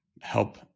help